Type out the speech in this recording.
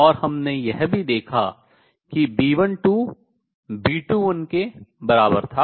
और हमने यह भी देखा कि B12 B21 के बराबर था